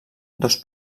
dos